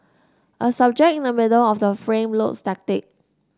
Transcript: a subject in the middle of the frame looks static